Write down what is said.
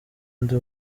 ndi